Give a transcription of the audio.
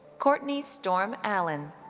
courtney storm allen.